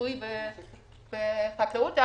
ציבורי בחקלאות.